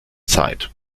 sight